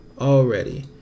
already